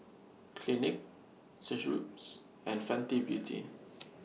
Clinique Schweppes and Fenty Beauty